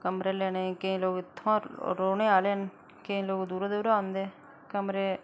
कमरे लैने गी केईं लोक इत्थें दे रौहने आह्ले न केईं लोक दूरा दूरा औंदे ते कमरे